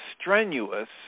strenuous